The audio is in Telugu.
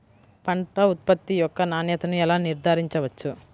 పంట ఉత్పత్తి యొక్క నాణ్యతను ఎలా నిర్ధారించవచ్చు?